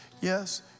yes